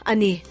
Ani